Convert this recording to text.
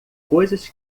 coisas